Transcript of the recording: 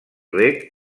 reg